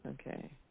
okay